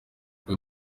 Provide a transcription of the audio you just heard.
uyu